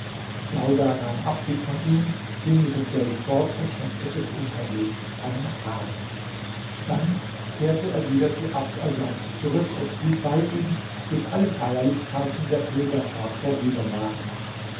djaudar nahm abschied von ihm ging mit dem geld fort und schenkte es unterwegs einem armen dann kehrte er wieder zu abd assamd zurück und blieb bei ihm bis alle feierlichkeiten der pilgerfahrt vorüber waren